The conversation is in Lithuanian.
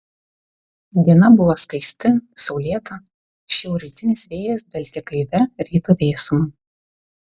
diena buvo skaisti saulėta šiaurrytinis vėjas dvelkė gaivia ryto vėsuma